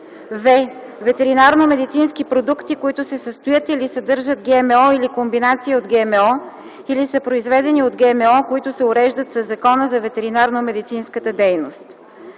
в) ветеринарномедицински продукти, които се състоят или съдържат ГМО или комбинация от ГМО, или са произведени от ГМО, които се уреждат със Закона за ветеринарномедицинската дейност;